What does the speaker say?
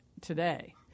today